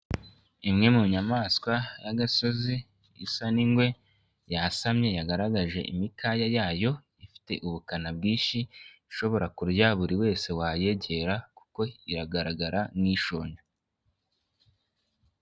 Imwe mu nyamaswa y'agasozi isa n'ingwe yasamye yagaragaje imikaya yayo, ifite ubukana bwinshi ishobora kurya buri wese wayegera kuko iragaragara nk'ishonje.